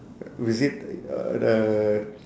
visit uh the